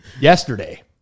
yesterday